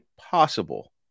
possible